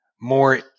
more